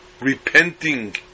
Repenting